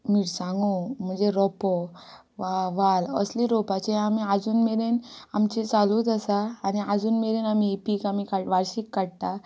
मिरसांगो म्हणजे रोपो वा वाल असलें रोवपाचें आमी आजून मेरेन आमचें चालूच आसा आनी आजून मेरेन आमी ही पीक आमी काड वार्शीक काडटा